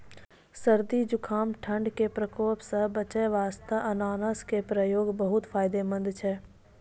सर्दी, जुकाम, ठंड के प्रकोप सॅ बचै वास्तॅ अनानस के उपयोग बहुत फायदेमंद छै